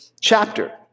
chapter